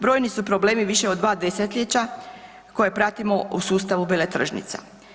Brojni su problemi više od dva desetljeća koja pratimo u sustavu veletržnice.